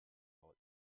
voll